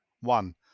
One